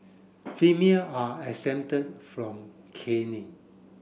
female are exempted from caning